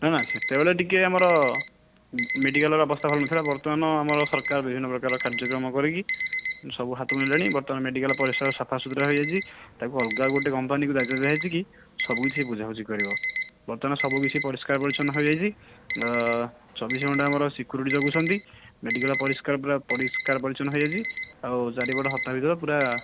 ନା ନା ସେତବେଳେ ଟିକେ ଆମର ମେଡ଼ିକାଲର ଅବସ୍ଥା ଭଲ ନଥିଲା ବର୍ତ୍ତମାନ ଆମର ସରକାର ବିଭିନ୍ନ ପ୍ରକାର କାର୍ଯ୍ୟକ୍ରମ କରିକି ସବୁ ହାତକୁ ନେଲେଣି ବର୍ତ୍ତମାନ ମେଡ଼ିକାଲ ପରିସର ସଫାସୁତୁରା ହେଇଯାଇଛି ତାକୁ ଅଲଗା ଗୋଟେ କମ୍ପାନୀ ଦାୟିତ୍ୱ ଦିଆହେଇଛି କି ସବୁ କିଛି ବୁଝାବୁଝି କରିବ ବର୍ତ୍ତମାନ ସବୁକିଛି ପରିଷ୍କାର ପରିଚ୍ଛନ ହେଇଯାଇଛି ଚବିଶି ଘଣ୍ଟା ଆମର ସିକୁରୁଟି ଜଗୁଛନ୍ତି ମେଡ଼ିକାଲ ପରିଷ୍କାର ପୁରା ପରିଷ୍କାର ପରିଚ୍ଛନ ହେଇଯାଇଛି ଆଉ ଚାରିପଟ ସଫା ପୁରା